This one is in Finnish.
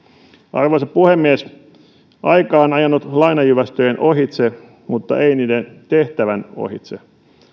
arvoisa puhemies aika on ajanut lainajyvästöjen ohitse mutta ei niiden tehtävän ohitse